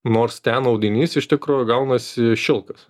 nors ten audinys iš tikro gaunasi šilkas